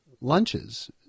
lunches